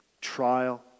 trial